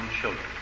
children